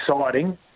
exciting